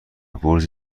برج